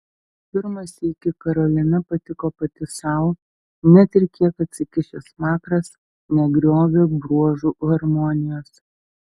pirmą sykį karolina patiko pati sau net ir kiek atsikišęs smakras negriovė bruožų harmonijos